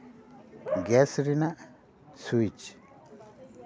gas ᱨᱮᱱᱟᱜ switch